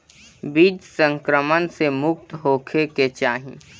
बीज संक्रमण से मुक्त होखे के चाही